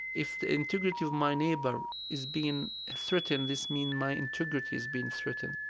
if the integrity of my neighbor is being threatened, this mean my integrity's being threatened.